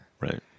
Right